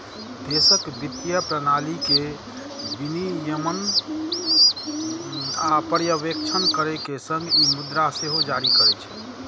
देशक वित्तीय प्रणाली के विनियमन आ पर्यवेक्षण करै के संग ई मुद्रा सेहो जारी करै छै